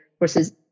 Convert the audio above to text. versus